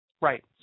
Right